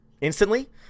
instantly